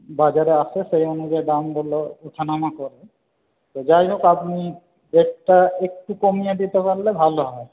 বাজারে আসে সেই অনুযায়ী দামগুলো ওঠা নামা করে তো যাইহোক আপনি রেটটা একটু কমিয়ে দিতে পারলে ভালো হয়